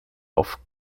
auf